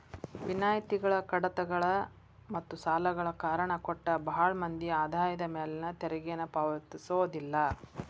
ವಿನಾಯಿತಿಗಳ ಕಡಿತಗಳ ಮತ್ತ ಸಾಲಗಳ ಕಾರಣ ಕೊಟ್ಟ ಭಾಳ್ ಮಂದಿ ಆದಾಯದ ಮ್ಯಾಲಿನ ತೆರಿಗೆನ ಪಾವತಿಸೋದಿಲ್ಲ